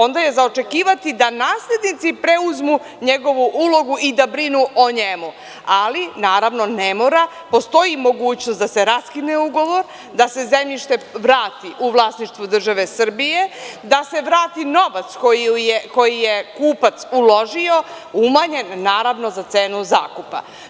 Onda je za očekivati da naslednici preuzmu njegovu ulogu i da brinu o njemu, ali, naravno, ne mora, postoji mogućnost da se raskine ugovor, da se zemljište vrati u vlasništvo države Srbije, da se vrati novac koji je kupac uložio, umanjen, naravno, za cenu zakupa.